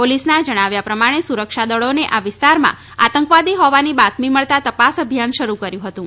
પોલિસના જણાવ્યા પ્રમાણે સુરક્ષાદળોને આ વિસ્તારમાં આતંકવાદી હોવાની બાતમી મળતા તપાસ અભિયાન શરૂ કર્યું હતું